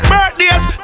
Birthdays